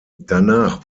danach